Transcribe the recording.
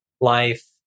life